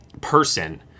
person